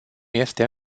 este